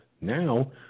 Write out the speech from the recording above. now